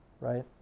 right